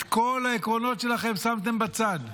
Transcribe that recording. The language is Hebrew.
את כל העקרונות שלכם שמתם בצד.